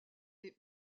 des